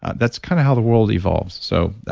that's kind of how the world evolves so